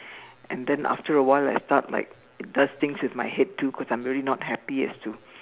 and then after a while I thought like it does things to my head too cause I'm not very happy as to